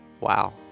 wow